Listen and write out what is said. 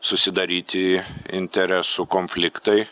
susidaryti interesų konfliktai